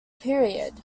period